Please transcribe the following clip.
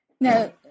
Now